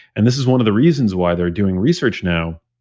and this is one of the reasons why they're doing research now,